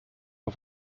auf